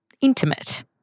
intimate